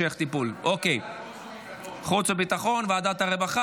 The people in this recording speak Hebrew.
סכומי תשלומים ומועדיהם),